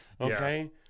okay